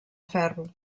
ferro